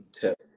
tip